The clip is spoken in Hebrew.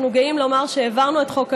אנחנו גאים לומר שהעברנו את חוק הלאום.